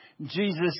Jesus